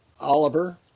Oliver